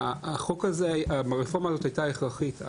הרפורמה הזאת הייתה הכרחית.